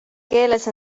keeles